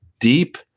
deep